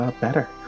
better